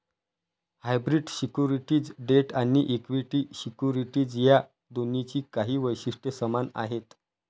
hybrid securities debt आणि equity securities या दोन्हींची काही वैशिष्ट्ये समान आहेत